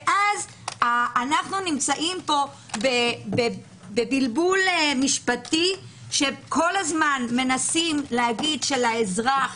ואז אנחנו נמצאים פה בבלבול משפטי כשכל הזמן מנסים להגיד שלאזרח,